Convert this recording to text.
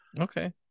okay